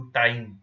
time